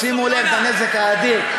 שימו לב לנזק האדיר.